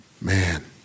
man